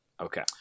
Okay